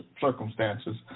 circumstances